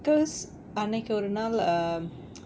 because அன்னைக்கு ஒரு நாள்:annaikku oru naal um